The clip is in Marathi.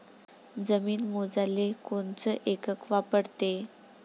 जमीन मोजाले कोनचं एकक वापरते?